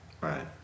Right